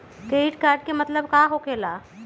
Credit card के मतलब का होकेला?